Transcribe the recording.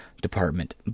department